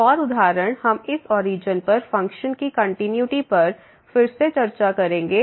एक और उदाहरण हम इस ओरिजन पर फ़ंक्शन की कंटिन्यूटी पर फिर से चर्चा करेंगे